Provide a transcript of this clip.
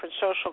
social